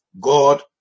God